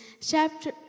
chapter